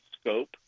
scope